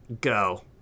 go